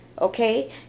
okay